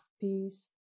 peace